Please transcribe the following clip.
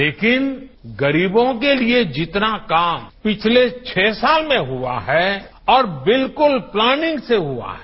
लेकिन गरीबों के लिए जितना काम पिछले छह साल में हुआ है और बिल्कुल प्लानिंग से हुआ है